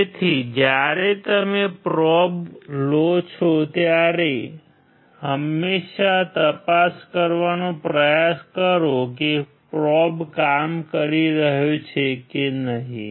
તેથી જ્યારે તમે પ્રોબ લોછો ત્યારે હંમેશા તપાસ કરવાનો પ્રયાસ કરો કે પ્રોબ કામ કરી રહ્યા છે કે નહીં